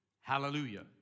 Hallelujah